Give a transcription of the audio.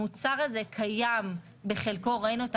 המוצר הזה קיים בחלקו במדינת ישראל ראינו,